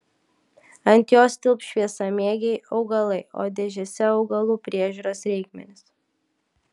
ant jos tilps šviesamėgiai augalai o dėžėse augalų priežiūros reikmenys